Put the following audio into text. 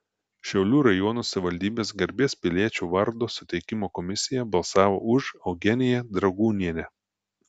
šiaulių rajono savivaldybės garbės piliečio vardo suteikimo komisija balsavo už eugeniją dragūnienę